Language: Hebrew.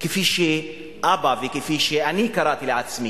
כפי שאבא, וכפי שאני קראתי לעצמי.